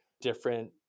different